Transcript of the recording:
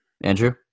Andrew